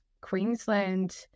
Queensland